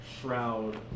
shroud